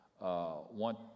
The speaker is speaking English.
want